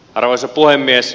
arvoisa puhemies